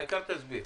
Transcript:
העיקר תסביר.